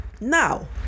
Now